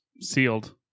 sealed